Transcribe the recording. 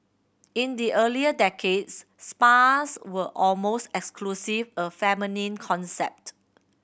in the earlier decades spas were almost exclusive a feminine concept